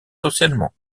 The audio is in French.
socialement